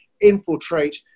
infiltrate